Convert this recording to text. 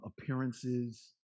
appearances